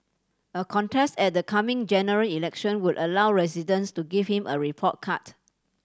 a contest at the coming General Election would allow residents to give him a report cut